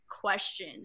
question